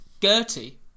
Gertie